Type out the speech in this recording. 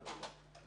נקודה.